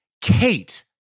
Kate